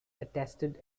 attested